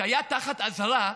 שהיה תחת אזהרה,